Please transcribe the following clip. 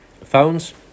Phones